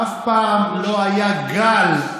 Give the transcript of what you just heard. אף פעם לא היה גל,